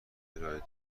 ارائه